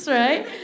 right